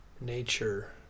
nature